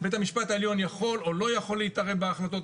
בית המשפט העליון יכול או לא יכול להתערב בהחלטות,